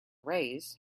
raise